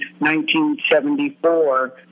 1974